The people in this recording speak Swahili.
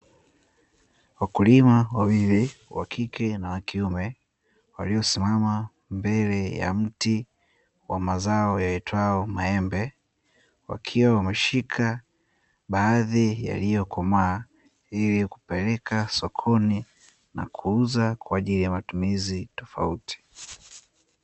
Wakulima wawili wa kike na wa kiume waliosimama mbele ya mti wa mazao yaitwayo maembe, wakiwa wameshika baadhi ya yaliyokomaa ili kupeleka sokoni na kuuza kwa ajili ya matumizi tofauti.